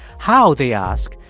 how, they ask,